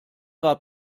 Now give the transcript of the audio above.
war